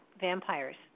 vampires